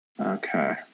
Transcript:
Okay